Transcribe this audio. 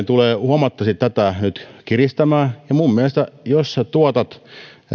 tulee nyt huomattavasti tätä kiristämään ja minun mielestäni jos sinä tuotat